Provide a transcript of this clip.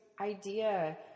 idea